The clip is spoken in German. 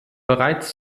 bereits